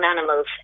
animals